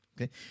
Okay